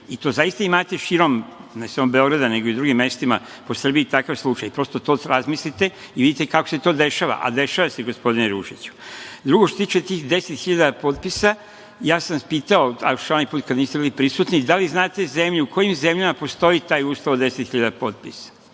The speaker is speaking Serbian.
i to zaista imate širom ne samo Beograda, nego i drugim mestima po Srbiji takav slučaj. Prosto, razmislite i vidite kako se to dešava, a dešava se, gospodine Ružiću. Drugo, što se tiče tih 10.000 potpisa, ja sam pitao onaj put kada niste bili prisutni, da li znate zemlju, u kojim zemljama postoji taj uslov od 10.000 potpisa